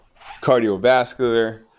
Cardiovascular